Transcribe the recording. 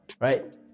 Right